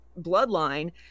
bloodline